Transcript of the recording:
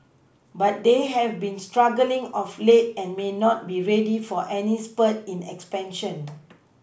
but they have been struggling of late and may not be ready for any spurt in expansion